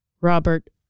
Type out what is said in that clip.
Robert